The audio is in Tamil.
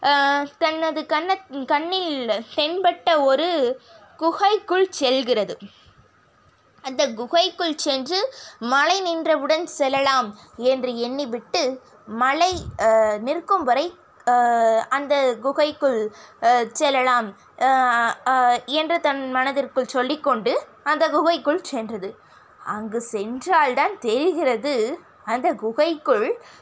தனது கன்னத் கண்ணில் தென்பட்ட ஒரு குகைக்குள் செல்கிறது அந்த குகைக்குள் சென்று மழை நின்றவுடன் செல்லலாம் என்று எண்ணிவிட்டு மழை நிற்கும் வரை அந்த குகைக்குள் செல்லலாம் என்று தன் மனதிற்குள் சொல்லிக் கொண்டு அந்த குகைக்குள் சென்றது அங்கே சென்றால் தான் தெரிகிறது அந்த குகைக்குள்